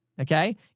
Okay